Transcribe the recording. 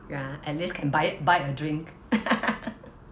ya at least can buy buy a drink